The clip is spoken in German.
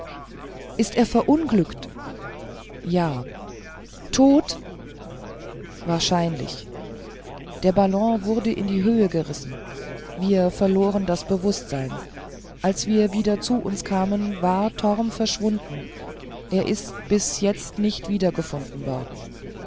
ist verunglückt ja tot wahrscheinlich der ballon wurde in die höhe gerissen wir verloren das bewußtsein als wir wieder zu uns kamen war torm verschwunden er ist bis jetzt nicht wiedergefunden worden